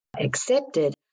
accepted